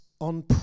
on